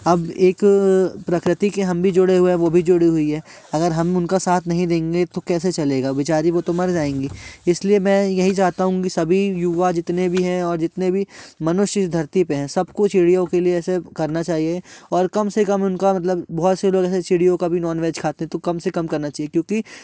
अब एक प्रकृति के हम भी जुड़े हुए हैं वो भी जुड़ी हुई है अगर हम उनके साथ नहीं देंगे तो कैसे चलेगा बेचारी वो तो मर जाएंगी इसलिए मैं यही जाता हूं कि सभी युवा जितने भी है और जितने भी मनुष्य धरती पे हैं सब को चिड़ियों के लिए ऐसे करना चाहिए और कम से कम उनका मतलब बहुत से लोगों से चिड़ियों का भी नॉनवेज खाते तो कम से काम करना चाहिए क्योंकि